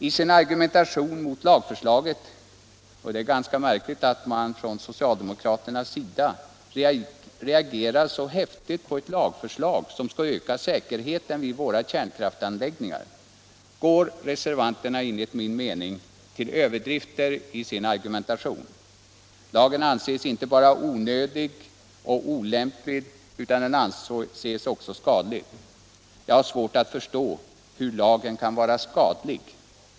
I sin argumentation mot lagförslaget — och det är ganska märkligt att man från socialdemokraternas sida reagerar så häftigt på lagförslag som skall öka säkerheten vid våra kärnkraftsanläggningar — går reservanterna, enlig min mening, till överdrifter i sin argumentation. Lagen anses inte bara ”onödig och olämplig utan också skadlig”. Jag har svårt att förstå hur lagen kan vara skadlig.